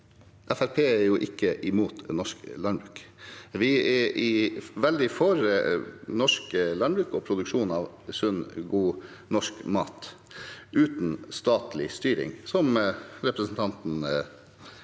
er ikke imot norsk landbruk. Vi er veldig for norsk landbruk og produksjon av sunn og god norsk mat – uten statlig styring, som representanten